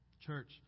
Church